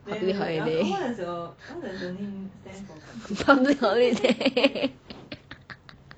public holiday public holiday